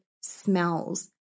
smells